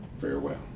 farewell